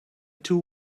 too